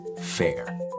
FAIR